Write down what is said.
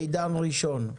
מידן ראשון.